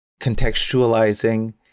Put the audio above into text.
contextualizing